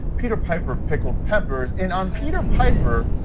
peter piper, pickled peppers. and on peter piper,